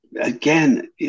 Again